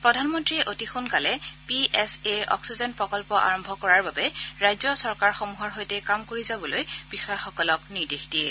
প্ৰধানমন্নীয়ে অতি সোনকালে পি এছ এ অক্সিজেন প্ৰকল্প আৰম্ভ কৰাৰ বাবে ৰাজ্য চৰকাৰসমূহৰ সৈতে কাম কৰি যাবলৈ বিষয়াসকলক নিৰ্দেশ দিয়ে